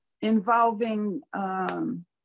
involving